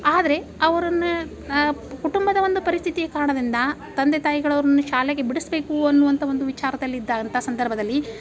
ಆದರೆ ಅವರನ್ನ ಕುಟುಂಬದ ಒಂದು ಪರಿಸ್ಥಿತಿಗೆ ಕಾರಣದಿಂದ ತಂದೆ ತಾಯಿಗಳು ಅವ್ರನ್ನ ಶಾಲೆಗೆ ಬಿಡಿಸಬೇಕು ಅನ್ನುವಂಥ ಒಂದು ವಿಚಾರದಲ್ಲಿ ಇದ್ದ ಅಂಥ ಸಂದರ್ಭದಲ್ಲಿ